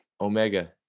Omega